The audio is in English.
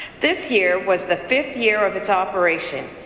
this year was the fifth year of its operation,